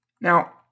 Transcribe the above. Now